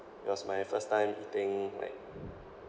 it was my first time eating like